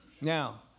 Now